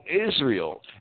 Israel